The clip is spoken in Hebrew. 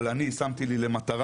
אבל אני שמתי לי למטרה,